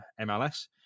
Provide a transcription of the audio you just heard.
MLS